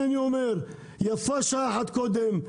לכן יפה שעה אחת קודם.